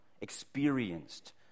experienced